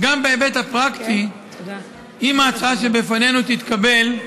גם בהיבט הפרקטי, אם ההצעה שלפנינו תתקבל,